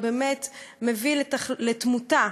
זה באמת מביא לתמותה,